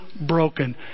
broken